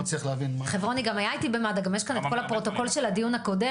גם יש כאן את כל הפרוטוקול של הדיון הקודם,